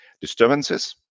disturbances